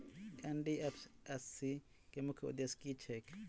NDFSC केँ मुख्य उद्देश्य की छैक?